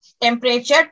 temperature